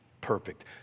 perfect